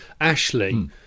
Ashley